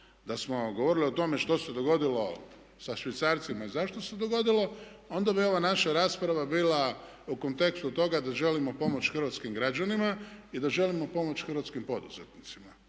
da smo govorili o tome što se dogodilo sa švicarcima i zašto se dogodilo, onda bi ova naša rasprava bila u kontekstu toga da želimo pomoći hrvatskim građanima i da želimo pomoći hrvatskim poduzetnicima.